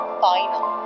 final